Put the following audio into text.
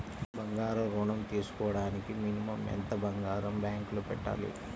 బంగారం ఋణం తీసుకోవడానికి మినిమం ఎంత బంగారం బ్యాంకులో పెట్టాలి?